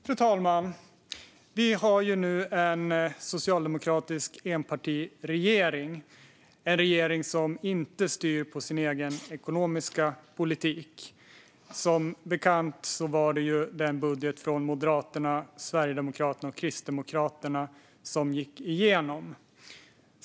Fru talman! Vi har nu en socialdemokratisk enpartiregering som inte styr på sin egen ekonomiska politik. Som bekant var det budgeten från Moderaterna, Sverigedemokraterna och Kristdemokraterna som gick igenom.